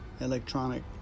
electronic